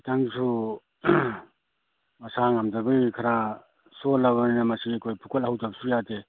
ꯈꯤꯇꯪꯁꯨ ꯃꯁꯥ ꯉꯝꯗꯕꯒꯤ ꯈꯔ ꯁꯣꯜꯂꯕꯅꯤꯅ ꯃꯁꯤ ꯑꯩꯈꯣꯏ ꯐꯨꯀꯠꯍꯧꯗꯕꯁꯨ ꯌꯥꯗꯦ